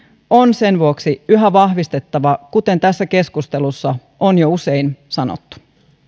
on sen vuoksi yhä vahvistettava kuten tässä keskustelussa on jo usein sanottu